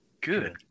Good